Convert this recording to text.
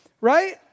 right